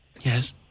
Yes